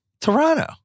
Toronto